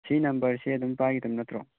ꯁꯤ ꯅꯝꯕꯔꯁꯦ ꯑꯗꯨꯝ ꯄꯥꯏꯒꯗꯕ ꯅꯠꯇ꯭ꯔꯣ